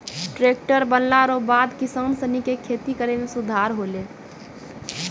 tractor बनला रो बाद किसान सनी के खेती करै मे सुधार होलै